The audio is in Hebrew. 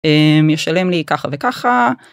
משלם לי ככה וככה.